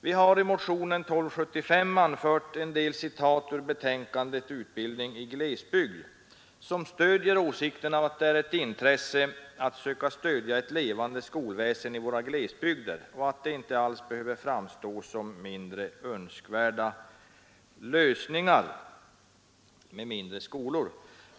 Vi har i motionen 1275 anfört en del citat ur betänkandet Utbildning i glesbygd som stöder åsikten att det är ett intresse att söka bevara ett levande skolväsen i våra glesbygder och att mindre skolor inte alls behöver framstå som mindre önskvärda lösningar.